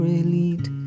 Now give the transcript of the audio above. elite